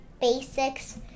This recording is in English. basics